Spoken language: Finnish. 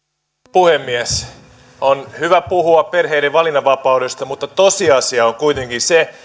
puhemies on hyvä puhua perheiden valinnanvapaudesta mutta tosiasia on kuitenkin se